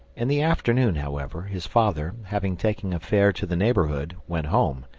in the afternoon, however, his father, having taken a fare to the neighbourhood, went home,